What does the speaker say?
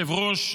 כבוד היושב-ראש,